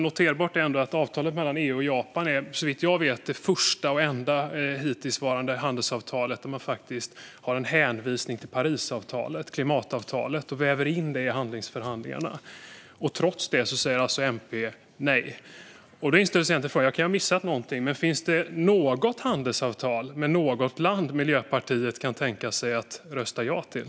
Noterbart är ändå att avtalet mellan EU och Japan såvitt jag vet är det första och det hittills enda handelsavtalet där man har en hänvisning till Parisavtalet, klimatavtalet. Man väver in det i handelsförhandlingarna. Trots det säger alltså MP nej. Jag kan ha missat någonting. Finns det något handelsavtal med något land Miljöpartiet kan tänka sig rösta ja till?